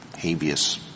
habeas